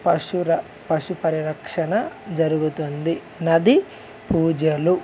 పశుర పశు పరిరక్షణ జరుగుతుంది నది పూజలు